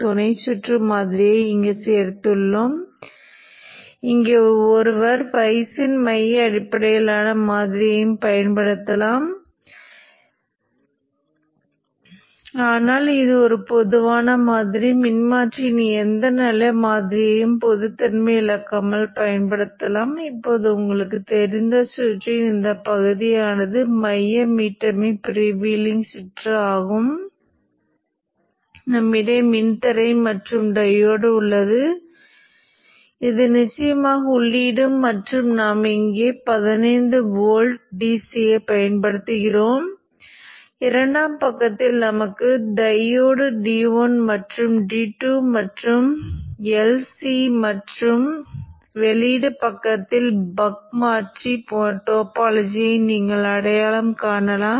நான் உங்களுக்கு சுருக்கமாக காண்பிக்கிறேன் பின்னர் நாம் மற்ற அலைவடிவங்களுக்கு செல்லலாம் நான் V அல்லது Vp ஐ இங்கே நிலைநிறுத்துகிறேன் என்று சொல்லலாம் அலைவடிவம் முன்பு போலவே இருக்கும் அந்த நேரத்தில் ஸ்விட்ச் ஆன் செய்யப்பட்டிருக்கும் போது nVin என்ற மதிப்பில் மட்டுமே வித்தியாசம் இருக்கும் இங்கே உங்களிடம் Vin உள்ளது மற்றும் இரண்டாம் நிலையின் nVin மற்றும் nVin க்கு என்ன பரிமாற்றம் கிடைக்கிறது என்பது இந்த கட்டத்தில் தெரியும்